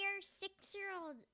six-year-old